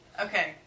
Okay